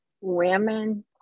women